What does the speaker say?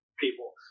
people